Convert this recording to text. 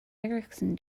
erikson